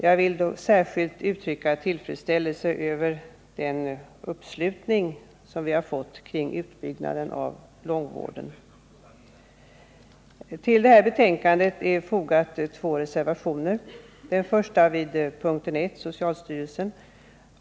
Jag vill särskilt uttrycka tillfredsställelse över den uppslutning vi har fått kring utbyggnaden av långvården. Till betänkandet är fogade två reservationer, den första vid p. 1 Socialstyrelsen.